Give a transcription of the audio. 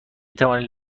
توانید